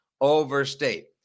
overstate